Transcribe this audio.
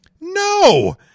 No